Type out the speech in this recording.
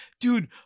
Dude